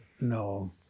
No